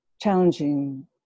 challenging